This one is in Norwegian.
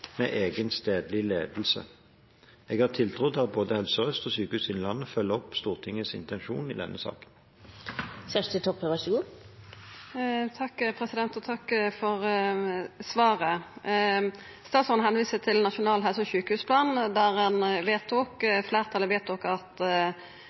med egen stedlig ledelse. Jeg har tiltro til at både Helse Sør-Øst og Sykehuset Innlandet følger opp Stortingets intensjon i denne saken. Takk for svaret. Statsråden viser til Nasjonal helse- og sjukehusplan, der fleirtalet vedtok